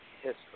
history